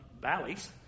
valleys